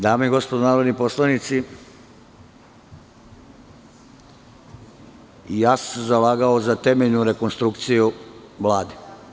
Dame i gospodo narodni poslanici, ja sam se zalagao za temeljnu rekonstrukciju Vlade.